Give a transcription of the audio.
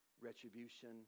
retribution